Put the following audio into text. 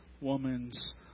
woman's